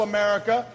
America